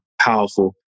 powerful